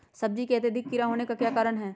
सब्जी में अत्यधिक कीड़ा होने का क्या कारण हैं?